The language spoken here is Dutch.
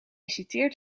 citeert